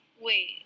wait